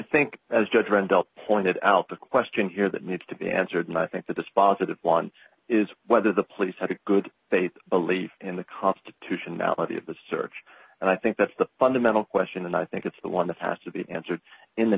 randolph pointed out the question here that needs to be answered and i think that this positive one is whether the police have a good faith belief in the constitutionality of the search and i think that's the fundamental question and i think it's the one that has to be answered in the